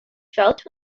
felt